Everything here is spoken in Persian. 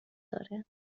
داره